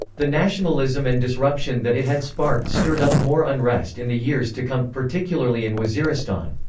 the nationalism and disruption that it had sparked stirred up more unrest in the years to come, particularly in waziristan.